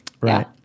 Right